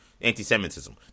anti-semitism